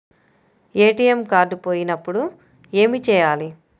ATM card పోయినప్పుడు ఏమి చేయాలి?